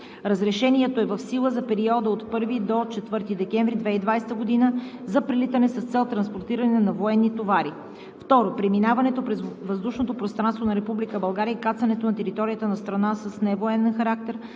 Разрешението е в сила за периода от 1 до 4 декември 2020 г. за прелитане с цел транспортиране на военни товари. 2. Преминаването през въздушното пространство на Република България и кацането на територията на страна с невоенен характер